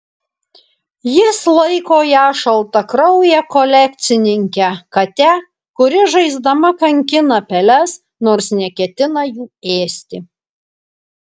jis laiko ją šaltakrauje kolekcininke kate kuri žaisdama kankina peles nors neketina jų ėsti